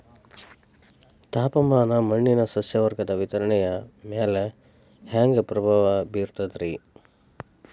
ತಾಪಮಾನ ಮಣ್ಣಿನ ಸಸ್ಯವರ್ಗದ ವಿತರಣೆಯ ಮ್ಯಾಲ ಹ್ಯಾಂಗ ಪ್ರಭಾವ ಬೇರ್ತದ್ರಿ?